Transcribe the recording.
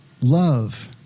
Love